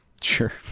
Sure